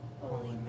Holy